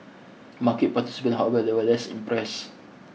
market participant however were less impressed